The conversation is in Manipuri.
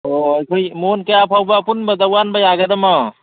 ꯑꯣ ꯑꯩꯈꯣꯏ ꯃꯣꯟ ꯀꯌꯥ ꯐꯥꯎꯕ ꯑꯄꯨꯟꯕꯗ ꯋꯥꯟꯕ ꯌꯥꯒꯗꯃꯣ